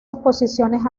exposiciones